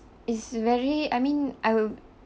is very I mean I will